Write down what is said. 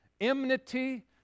enmity